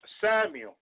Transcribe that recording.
Samuel